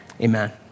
Amen